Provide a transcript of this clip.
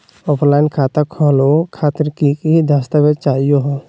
Offline खाता खोलहु खातिर की की दस्तावेज चाहीयो हो?